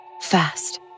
fast